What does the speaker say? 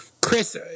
Chris